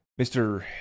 Mr